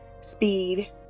speed